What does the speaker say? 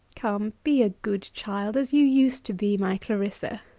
come, be a good child, as you used to be, my clarissa.